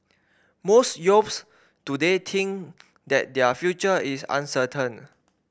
most youths today think that their future is uncertain